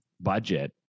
budget